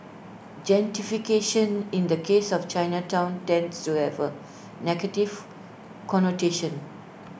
gentrification in the case of Chinatown tends to have A negative connotation